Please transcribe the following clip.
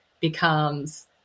becomes